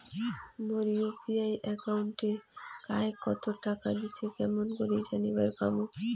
মোর UPI একাউন্টে কায় কতো টাকা দিসে কেমন করে জানিবার পামু?